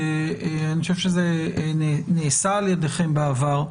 ואני חושב שזה נעשה על ידכם בעבר,